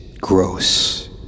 gross